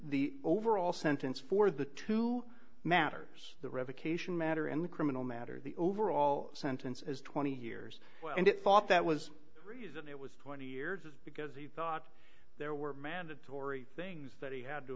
the overall sentence for the two matters the revocation matter and the criminal matter the overall sentence is twenty years and it's thought that was the reason it was twenty years is because he thought there were mandatory things that he had to